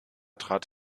trat